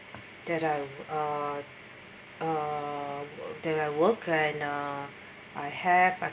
that I uh that I work and uh I have a